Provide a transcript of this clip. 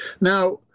Now